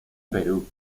perú